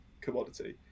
commodity